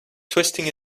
twisting